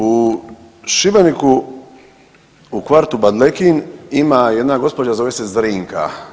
U Šibeniku u kvartu Baldekin ima jedna gospođa zove se Zrinka.